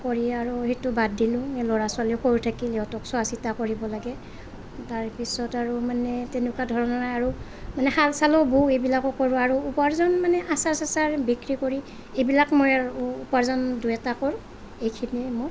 কৰি আৰু সেইটো বাদ দিলোঁ এই ল'ৰা ছোৱালী সৰু থাকিল ইহঁতক চোৱা চিতা কৰিব লাগে তাৰ পিছত আৰু মানে তেনেকুৱা ধৰণৰ আৰু মানে শাল চালোঁ বওঁ এইবিলাকো কৰোঁ আৰু উপাৰ্জন মানে আচাৰ চাচাৰ বিক্ৰী কৰি সেইবিলাক মই আৰু উপাৰ্জন দুই এটা কৰোঁ সেইখিনিয়ে মোৰ